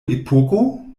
epoko